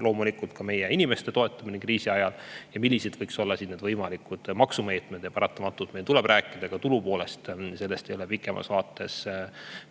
loomulikult ka meie inimeste toetamiseks kriisi ajal, ja millised võiksid olla võimalikud maksumeetmed. Paratamatult tuleb meil rääkida ka tulupoolest, sellest ei ole pikemas vaates